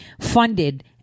funded